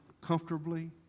comfortably